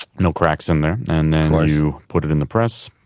no cracks in there. and then you put it in the press,